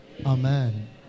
Amen